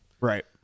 Right